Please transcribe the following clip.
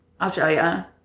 Australia